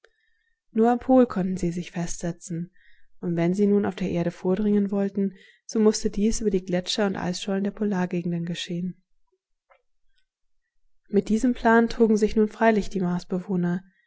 nur am pol konnten sie sich festsetzen und wenn sie nun auf der erde vordringen wollten so mußte dies über die gletscher und eisschollen der polargegenden geschehen mit diesem plan trugen sich nun freilich die